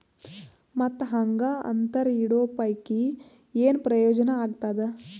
ಮತ್ತ್ ಹಾಂಗಾ ಅಂತರ ಇಡೋ ಪೈಕಿ, ಏನ್ ಪ್ರಯೋಜನ ಆಗ್ತಾದ?